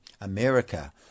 America